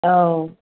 औ